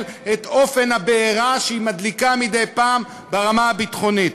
את אופן הבעירה שהיא מדליקה מדי פעם ברמה הביטחונית.